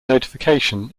notification